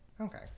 Okay